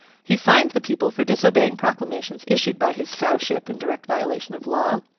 he fined the people for disobeying proclamations issued by his sowship in direct violation of law.